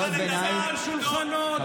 הצווחות שלכם,